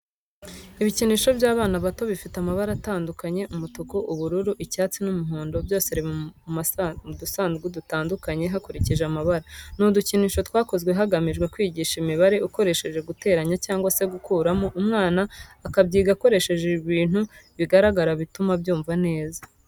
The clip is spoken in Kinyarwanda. Ibikinisho by'abana bato bifite amabara atandukanye umutuku, ubururu, icyatsi n'umuhondo byose biri mu dusanduku dutandukanye hakurikije amabara. Ni udukinisho twakozwe hagamijwe kwigisha imibare ukoresheje guteranya cyangwa se gukuramo umwana akabyiga akoresheje ibintu bigaragara bituma abyumva neza.